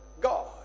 God